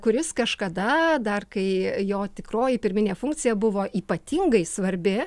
kuris kažkada dar kai jo tikroji pirminė funkcija buvo ypatingai svarbi